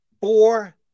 four